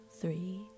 three